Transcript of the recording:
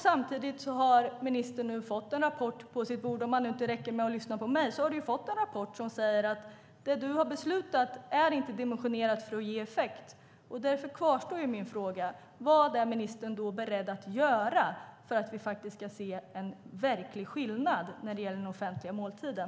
Samtidigt har ministern fått en rapport på sitt bord - om det nu inte räcker med att lyssna på mig - som säger att det han har beslutat inte är dimensionerat för att ge effekt. Därför kvarstår min fråga: Vad är ministern beredd att göra för att vi ska se en verklig skillnad när det gäller den offentliga måltiden?